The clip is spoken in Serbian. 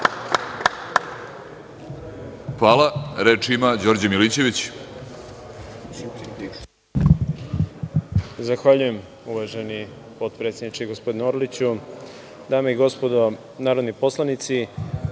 Hvala. Reč ima Đorđe Milićević.